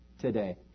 today